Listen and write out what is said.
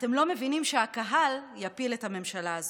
אתם לא מבינים שהקהל יפיל את הממשלה הזאת,